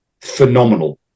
phenomenal